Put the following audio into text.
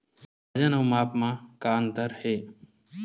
वजन अउ माप म का अंतर हे?